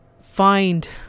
find